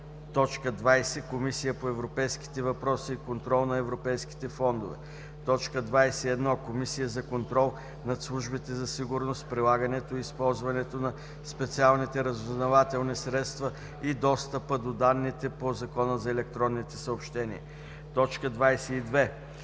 етика; 20. Комисия по европейските въпроси и контрол на европейските фондове; 21. Комисия за контрол над службите за сигурност, прилагането и използването на специалните разузнавателни средства и достъпа до данните по Закона за електронните съобщения; 22.